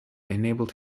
enabled